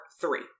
three